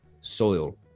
soil